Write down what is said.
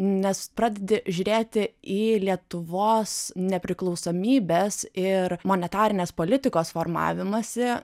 nes pradedi žiūrėti į lietuvos nepriklausomybės ir monetarinės politikos formavimąsi